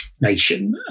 nation